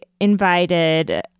invited